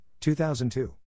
2002